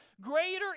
Greater